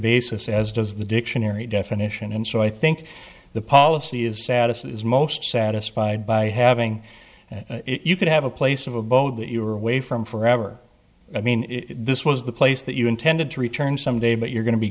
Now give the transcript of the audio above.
basis as does the dictionary definition and so i think the policy of sadness is most satisfied by having you could have a place of abode that you were away from forever i mean this was the place that you intended to return someday but you're going to be